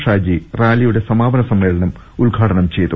ഷാജി റാലിയുടെ സമാപനസമ്മേളനം ഉദ്ഘാടനം ചെയ്തു